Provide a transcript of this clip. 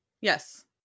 Yes